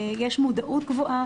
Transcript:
יש מודעות גבוהה.